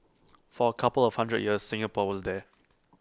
for A couple of hundred years Singapore was there